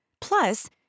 Plus